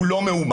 הוא לא מאומת.